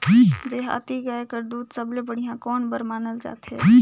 देहाती गाय कर दूध सबले बढ़िया कौन बर मानल जाथे?